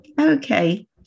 okay